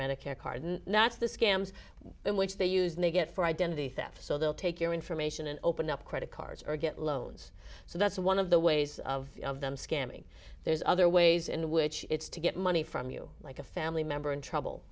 medicare card that's the scams in which they use they get for identity theft so they'll take your information and open up credit cards or get loans so that's one of the ways of of them scamming there's other ways in which it's to get money from you like a family member in trouble